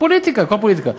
פוליטיקה, הכול פוליטיקה.